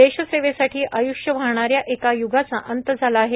देश सेवेसाठी आयुष्य वाहणाऱ्या एका युगाचा अंत झाला आहे